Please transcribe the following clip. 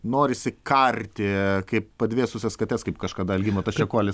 norisi karti kaip padvėsusias kates kaip kažkada algimantas čekuolis